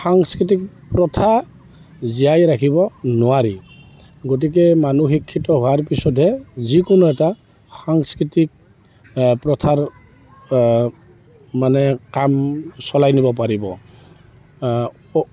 সংস্কৃতিক প্ৰথা জীয়াই ৰাখিব নোৱাৰি গতিকে মানুহ শিক্ষিত হোৱাৰ পিছতহে যিকোনো এটা সাংস্কৃতিক প্ৰথাৰ মানে কাম চলাই নিব পাৰিব